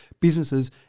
businesses